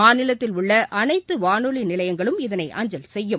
மாநிலத்தில் உள்ள அனைத்து வானொலி நிலையங்களும் இதனை அஞ்சல் செய்யும்